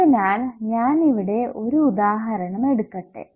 അതിനാൽ ഞാൻ ഇവിടെ ഒരു ഉദാഹരണം എടുക്കട്ടേ